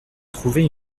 trouver